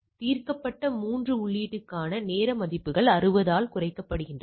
தீர்க்கப்பட்ட 3 உள்ளீடுகளுக்கான நேர மதிப்புகள் 60 ஆல் குறைக்கப்படுகின்றன